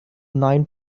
nine